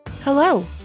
Hello